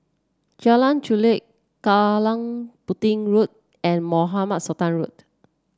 Jalan Chulek Kallang Pudding Road and Mohamed Sultan Road